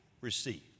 received